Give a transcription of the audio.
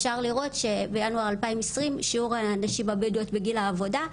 אפשר לראות שבינואר 2020 שיעור הנשים הבדואיות בגיל העבודה,